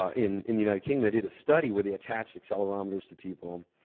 ah in in the united kingdom. they did a study where they attached accelerometers to people,